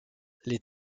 les